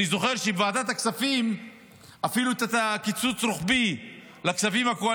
אני זוכר שבוועדת הכספים אפילו את הקיצוץ הרוחבי שהיה